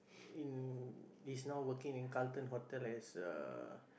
in he's now working in Carlton Hotel as uh